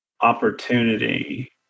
opportunity